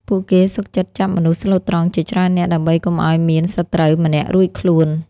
ពួកគេសុខចិត្តចាប់មនុស្សស្លូតត្រង់ជាច្រើននាក់ ដើម្បីកុំឱ្យមានសត្រូវម្នាក់រួចខ្លួន។